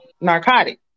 narcotic